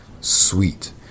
sweet